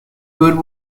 good